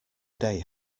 day